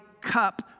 cup